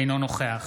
אינו נוכח